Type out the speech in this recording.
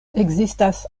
ekzistas